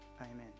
Amen